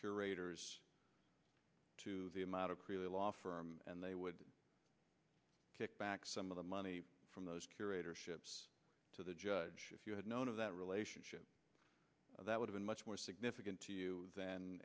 curators to the amount of law firm and they would kick back some of the money from those curatorship to the judge if you had known of that relationship that would've been much more significant to you than